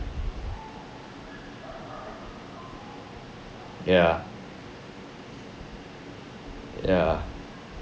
ya ya